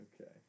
okay